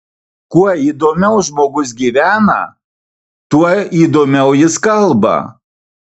kuo įdomiau žmogus gyvena tuo įdomiau jis kalba